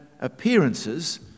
appearances